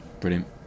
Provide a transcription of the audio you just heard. Brilliant